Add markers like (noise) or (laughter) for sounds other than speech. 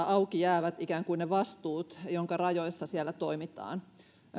(unintelligible) auki jäävät ne vastuut joiden rajoissa siellä toimitaan